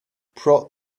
prod